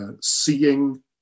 seeing